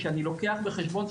שאני לוקח בחשבון,